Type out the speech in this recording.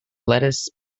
lettuce